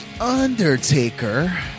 Undertaker